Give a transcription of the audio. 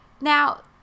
Now